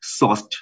sourced